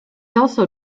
also